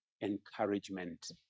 encouragement